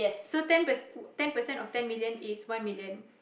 so ten percent ten percent of ten million is one million